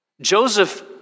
Joseph